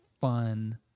fun